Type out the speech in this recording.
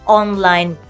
online